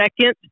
second